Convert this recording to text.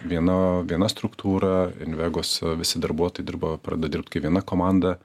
viena viena struktūra invegos visi darbuotojai dirba pradeda dirbt kaip viena komanda